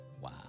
Wow